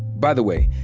by the way,